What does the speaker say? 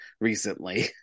recently